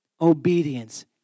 obedience